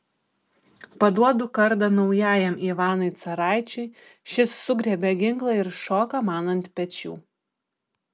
paduodu kardą naujajam ivanui caraičiui šis sugriebia ginklą ir šoka man ant pečių